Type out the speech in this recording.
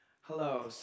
Hello